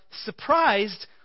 surprised